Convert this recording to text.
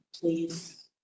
please